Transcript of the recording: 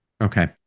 Okay